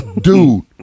dude